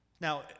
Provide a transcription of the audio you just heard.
Now